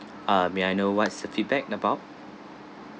uh may I know what's a feedback about